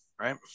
right